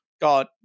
god